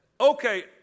Okay